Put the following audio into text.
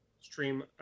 stream